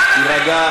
העבריין הזה, תירגע.